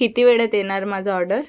किती वेळेत येणार माझं ऑर्डर